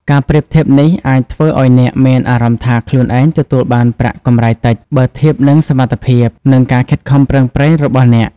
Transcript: ការប្រៀបធៀបនេះអាចធ្វើឲ្យអ្នកមានអារម្មណ៍ថាខ្លួនឯងទទួលបានប្រាក់កម្រៃតិច បើធៀបនឹងសមត្ថភាព និងការខិតខំប្រឹងប្រែងរបស់អ្នក។